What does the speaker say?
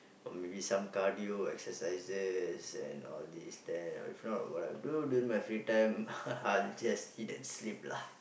or maybe some cardio exercises and all this then if not what I will do during my free time just eat and sleep lah